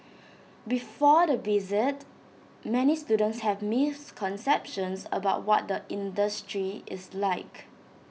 before the visit many students have misconceptions about what the industry is like